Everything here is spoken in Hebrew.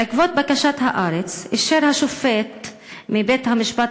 בעקבות בקשת "הארץ" אישר שופט מבית-המשפט